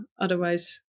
otherwise